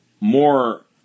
More